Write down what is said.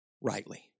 rightly